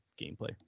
gameplay